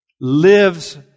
lives